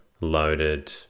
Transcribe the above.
loaded